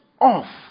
off